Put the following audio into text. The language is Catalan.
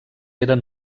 eren